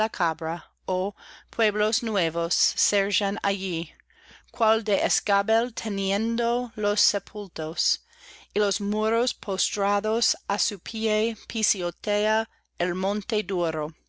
pueblos nuevos surgen allí cual de escabel teniendo los sepultos y los muros postrados á su pié pisotea el monte duro